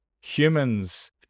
humans